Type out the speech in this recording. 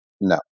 No